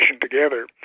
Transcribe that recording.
together